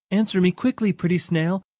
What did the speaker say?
answer me quickly, pretty snail,